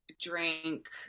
drink